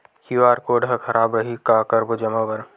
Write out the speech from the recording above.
QR code हा खराब रही का करबो जमा बर?